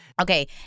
Okay